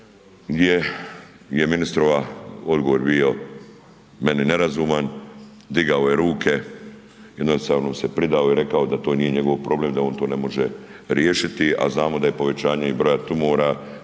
gdje je ministrova odgovor bio meni nerazuman, digao je ruke, jednostavno se pridao i rekao da to nije njegov problem, da on to ne može riješiti, a znamo da je povećanje i broja tumora,